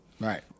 Right